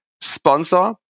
sponsor